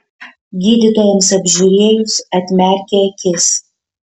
gydytojams apžiūrėjus atmerkė akis